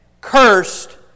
Cursed